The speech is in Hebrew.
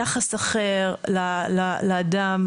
יחס אחר לאדם,